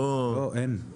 לא, אין.